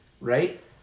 right